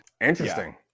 Interesting